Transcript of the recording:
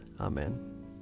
Amen